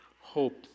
hope